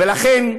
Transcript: ולכן,